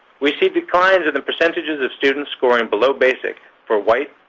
we see declines in the percentages of students scoring below basic for white,